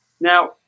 Now